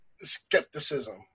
skepticism